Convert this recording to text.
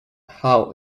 how